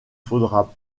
faudra